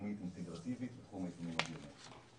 לאומית אינטגרטיבית בתחום הזיהוי הביומטרי.